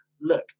Look